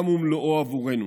עולם ומלואו עבורנו.